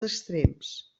extrems